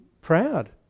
proud